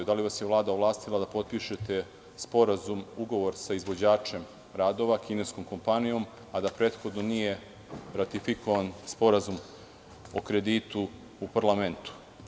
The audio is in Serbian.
Da li vas je Vlada ovlastila da potpišete Ugovor sa izvođačem radova kineskom kompanijom a da prethodno nije ratifikovan sporazum o kreditu u parlamentu.